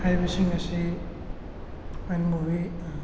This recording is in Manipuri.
ꯍꯥꯏꯔꯤꯕꯁꯤꯡ ꯑꯁꯤ ꯑꯩꯅ ꯃꯨꯚꯤ